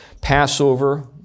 Passover